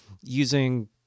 using